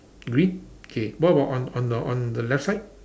green K what about on on the on the left side